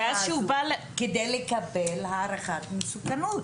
כדי לקבל הערכת מסוכנות.